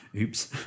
oops